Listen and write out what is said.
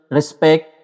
respect